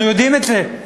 אנחנו יודעים את זה,